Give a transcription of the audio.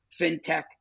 fintech